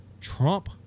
Trump